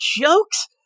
jokes